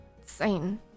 sane